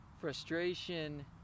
frustration